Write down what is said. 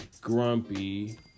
Grumpy